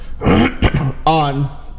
On